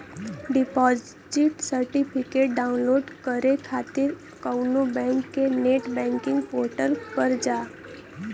deposit certificate download करे खातिर कउनो बैंक के नेट बैंकिंग पोर्टल पर जा